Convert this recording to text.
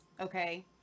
okay